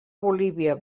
bolívia